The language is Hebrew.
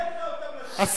בניגוד להסכמי אוסלו.